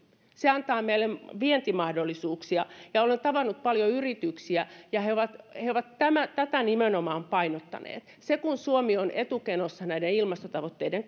se antaa meille vientimahdollisuuksia olen tavannut paljon yrityksiä ja he ovat he ovat tätä nimenomaan painottaneet kun suomi on etukenossa näiden ilmastotavoitteiden